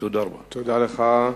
תודה לך,